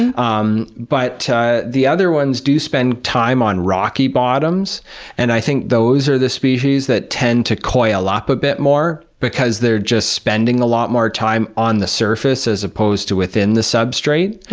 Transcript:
and um but the other ones do spend time on rocky bottoms and i think those are the species that tend to coil up a bit more, because they're just spending a lot more time on the surface as opposed to within the substrate.